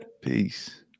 Peace